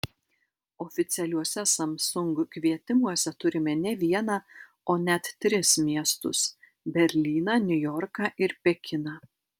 oficialiuose samsung kvietimuose turime ne vieną o net tris miestus berlyną niujorką ir pekiną